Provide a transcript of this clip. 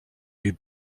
lui